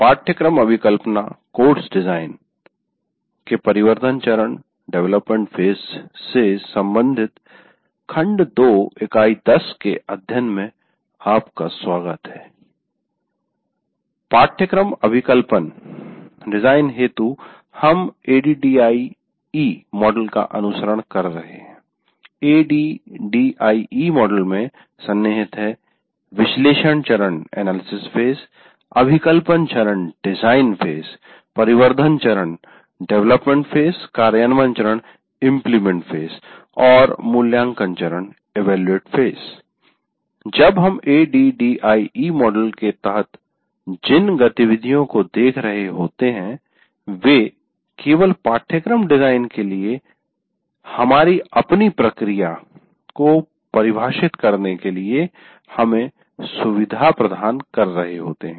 पाठ्यक्रम अभिकल्पना के परिवर्धन चरण से सम्बंधित खंड 2 इकाई 10 के अध्ययन में आपका स्वागत है पाठ्यक्रम अभिकल्पन डिजाईन हेतु हम ADDIE मॉडल का अनुसरण कर रहे है ADDIE मॉडल मैं सन्निहित है विश्लेषण चरण अभिकल्पन चरण परिवर्धन चरण कार्यान्वन चरण और मूल्याङ्कन चरण जब हम ADDIE मॉडल के तहत जिन गतिविधियों को देख रहे होते हैं वे केवल पाठ्यक्रम डिजाइन के लिए हमारी अपनी प्रक्रिया को परिभाषित करने के लिए हमें सुविधा प्रदान कर रहे होते हैं